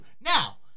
Now